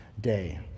day